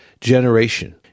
generation